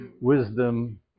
wisdom